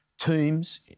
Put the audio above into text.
Teams